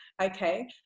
Okay